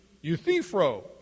Euthyphro